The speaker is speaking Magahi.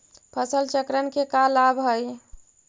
फसल चक्रण के का लाभ हई?